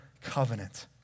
covenant